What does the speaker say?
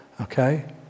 Okay